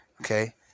Okay